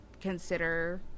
consider